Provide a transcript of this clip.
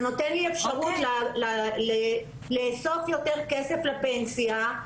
זה נותן לי אפשרות לאסוף יותר כסף לפנסיה.